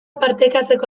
partekatzeko